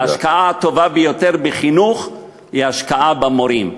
וההשקעה הטובה ביותר בחינוך היא השקעה במורים,